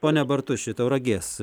pone bartuši tauragės